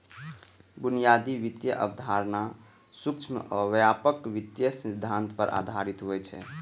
बुनियादी वित्तीय अवधारणा सूक्ष्म आ व्यापक वित्तीय सिद्धांत पर आधारित होइ छै